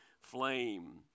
flame